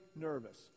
nervous